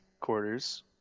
quarters